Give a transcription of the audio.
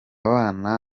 bana